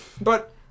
But-